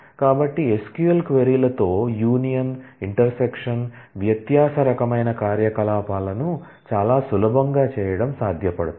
కాబట్టి SQL query లతో union వ్యత్యాస రకమైన కార్యకలాపాలను చాలా సులభంగా చేయడం సాధ్యపడుతుంది